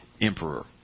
emperor